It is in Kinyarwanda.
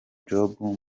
job